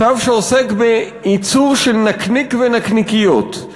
צו שעוסק בייצור של נקניק ונקניקיות,